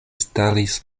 staris